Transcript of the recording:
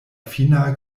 fina